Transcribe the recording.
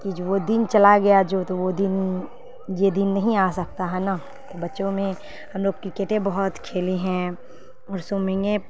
کہ جو وہ دن چلا گیا جو تو وہ دن یہ دن نہیں آ سکتا ہے نا بچوں میں ہم لوگ کرکٹیں بہت کھیلی ہیں اور سومنگیں